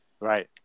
Right